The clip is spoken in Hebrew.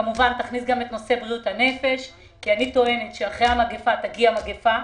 כמובן תכניס גם את נושא בריאות הנפש כי אני טוענת שאחרי המגפה תגיע מגפה